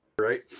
right